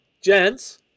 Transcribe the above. Gents